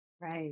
Right